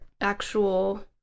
actual